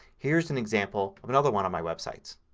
here's an example of another one of my websites.